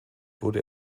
wurde